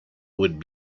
would